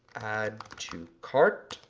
add to cart.